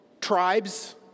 tribes